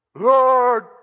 Lord